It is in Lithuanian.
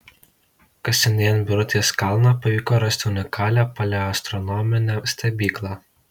kasinėjant birutės kalną pavyko rasti unikalią paleoastronominę stebyklą